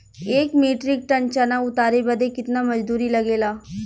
एक metric ton चना उतारे बदे कितना मजदूरी लगे ला?